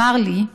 אמר לי: